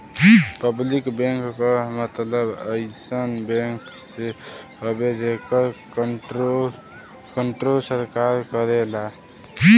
public bank क मतलब अइसन बैंक से हउवे जेकर कण्ट्रोल सरकार करेला